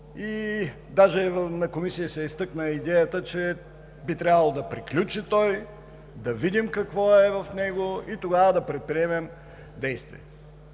Даже в Комисията се изтъкна идеята, че би трябвало да приключи той, да видим какво е в него и тогава да предприемем действия.